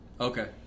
Okay